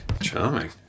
Charming